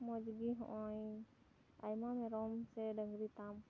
ᱢᱚᱡᱽ ᱜᱮ ᱦᱚᱜᱼᱚᱭ ᱟᱭᱢᱟ ᱢᱮᱨᱚᱢ ᱥᱮ ᱰᱟᱹᱝᱨᱤ ᱛᱟᱢ